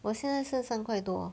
我现在剩三块多